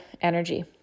energy